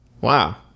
Wow